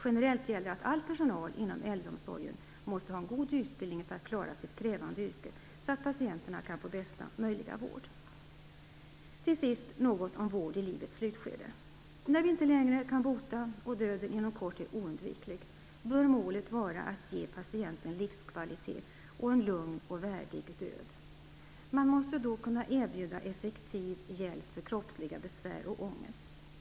Generellt gäller att all personal inom äldreomsorg måste ha en god utbildning för att klara sitt krävande yrke så att patienterna kan få bästa möjliga vård. Till sist något om vård i livets slutskede. När vi inte längre kan bota och döden inom kort är oundviklig, bör målet vara att ge patienten livskvalitet och en lugn och värdig död. Man måste då kunna erbjuda effektiv hjälp för kroppsliga besvär och ångest.